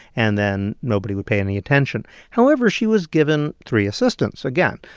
and then nobody would pay any attention. however, she was given three assistants. again,